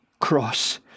cross